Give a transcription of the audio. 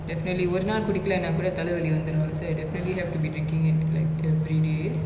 definitely ஒரு நாள் குடிகலானாகூட தலவலி வந்துரு:oru naal kudikalanaakooda thalavali vanthuru so I definitely I have to be drinking it like everyday